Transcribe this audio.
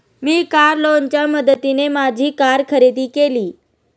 मी car लोनच्या मदतीने माझी कार खरेदी केली